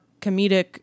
comedic